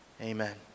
Amen